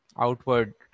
Outward